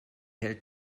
hält